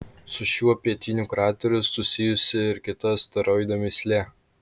su šiuo pietiniu krateriu susijusi ir kita asteroido mįslė